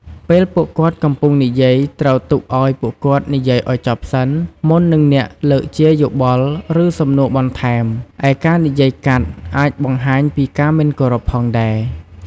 ពេលពួកគាត់កំពុងនិយាយត្រូវទុកឲ្យពួកគាត់និយាយឲ្យចប់សិនមុននឹងអ្នកលើកជាយោបល់ ឬសំនួរបន្ថែម ឯការនិយាយកាត់អាចបង្ហាញពីការមិនគោរពផងដែរ។